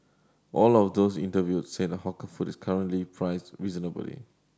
all of those interviewed said the hawker food is currently priced reasonably